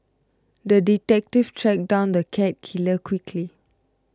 the detective tracked down the cat killer quickly